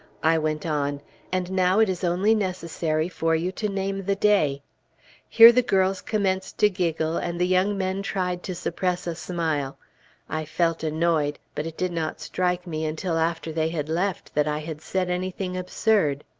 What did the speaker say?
i went on and now, it is only necessary for you to name the day here the girls commenced to giggle, and the young men tried to suppress a smile i felt annoyed, but it did not strike me until after they had left, that i had said anything absurd.